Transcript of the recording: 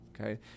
okay